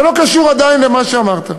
זה לא קשור עדיין למה שאמרת.